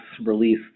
release